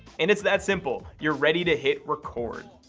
and it's that simple! you're ready to hit record.